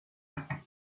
river